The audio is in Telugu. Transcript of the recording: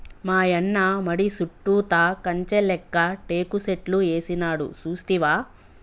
మాయన్న మడి సుట్టుతా కంచె లేక్క టేకు సెట్లు ఏసినాడు సూస్తివా